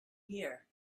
year